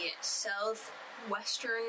southwestern